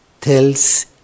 tells